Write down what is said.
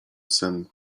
sen